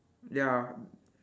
ya